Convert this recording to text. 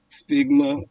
stigma